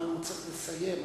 אבל הוא צריך לסיים.